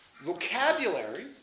vocabulary